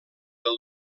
del